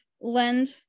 lend